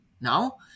now